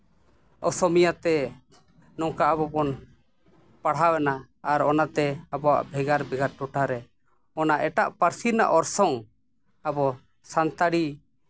ᱚᱥᱚᱢᱤᱭᱟᱛᱮ ᱱᱚᱝᱠᱟ ᱟᱵᱚ ᱵᱚᱱ ᱯᱟᱲᱦᱟᱣᱱᱟ ᱟᱨ ᱚᱱᱟᱛᱮ ᱟᱵᱚᱣᱟᱜ ᱵᱷᱮᱜᱟᱨ ᱵᱷᱮᱜᱟᱨ ᱴᱚᱴᱷᱟ ᱨᱮ ᱚᱱᱟ ᱮᱴᱟᱜ ᱯᱟᱹᱨᱥᱤ ᱨᱮᱱᱟᱜ ᱚᱨᱥᱚᱝ ᱟᱵᱚ ᱥᱟᱱᱛᱟᱲᱤ